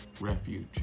Refuge